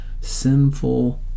sinful